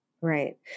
Right